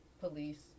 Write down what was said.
police